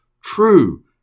true